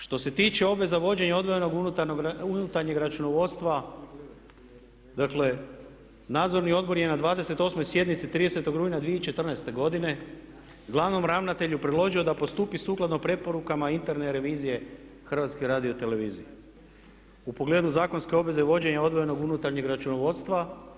Što se tiče obveza vođenja odvojenog unutarnjeg računovodstva dakle nadzorni odbor je 28. sjednici 30. rujna 2014. godine glavnom ravnatelju predložio da postupi sukladno preporukama interne revizije HRT-a u pogledu zakonske obveze vođenja odvojenog unutarnjeg računovodstva.